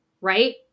right